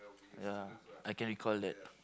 ya I can recall that